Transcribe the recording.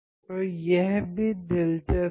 तो यह भी दिलचस्प है